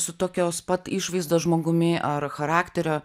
su tokios pat išvaizdos žmogumi ar charakteriu